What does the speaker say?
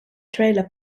trailer